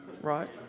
right